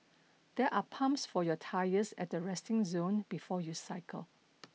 there are pumps for your tyres at the resting zone before you cycle